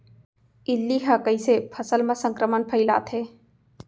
इल्ली ह कइसे फसल म संक्रमण फइलाथे?